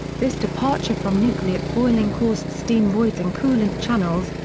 this departure from nucleate boiling caused steam voids in coolant channels,